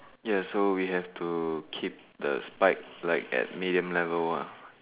ya so we have to keep the spike like at medium level lah